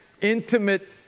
intimate